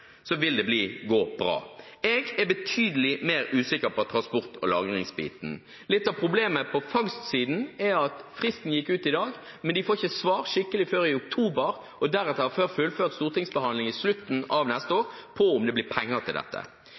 vil det gå bra. Jeg er betydelig mer usikker på transport- og lagringsbiten. Litt av problemet på fangstsiden er at fristen gikk ut i dag, men de får ikke skikkelig svar før i oktober, og deretter ikke før fullført stortingsbehandling i slutten av neste år, på om det blir penger til dette.